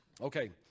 Okay